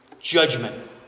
Judgment